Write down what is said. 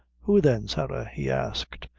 who then, sarah? he asked,